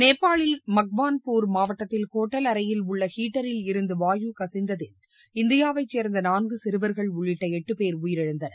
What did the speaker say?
நேபாளில் மக்வான்பூர் மாவட்டத்தில் ஹோட்டல் அறையில் உள்ள ஹீட்டரில் இருந்து வாயு கசிந்ததில் இந்தியாவை சேர்ந்த நான்கு சிறுவர்கள் உள்ளிட்ட எட்டு பேர் உயிரிழந்தனர்